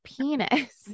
penis